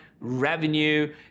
revenue